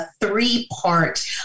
three-part